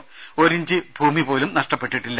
നമ്മുടെ ഒരിഞ്ച് ഭൂമി പോലും നഷ്ടപ്പെട്ടിട്ടില്ല